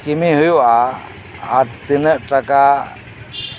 ᱠᱤᱢᱤ ᱦᱩᱭᱩᱜᱼᱟ ᱟᱨ ᱛᱤᱱᱟᱹᱜ ᱴᱟᱠᱟ